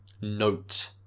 note